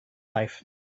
life